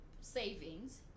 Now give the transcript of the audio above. savings